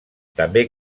també